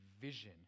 vision